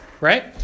right